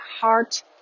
heart